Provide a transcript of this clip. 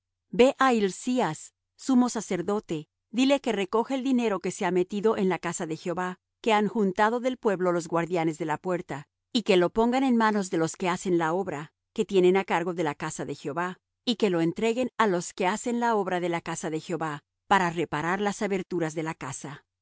ve á hilcías sumo sacerdote dile que recoja el dinero que se ha metido en la casa de jehová que han juntado del pueblo los guardianes de la puerta y que lo pongan en manos de los que hacen la obra que tienen cargo de la casa de jehová y que lo entreguen á los que hacen la obra de la casa de jehová para reparar las aberturas de la casa a